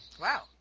Wow